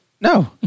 no